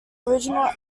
original